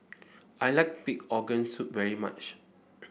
I like Pig Organ Soup very much